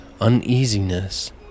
uneasiness